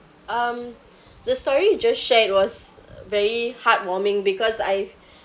um the story you just shared was uh very heartwarming because I've